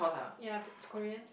ya but it's Korean